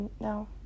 no